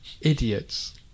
Idiots